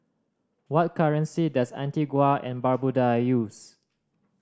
what currency does Antigua and Barbuda use